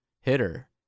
hitter